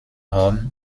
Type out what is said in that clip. rome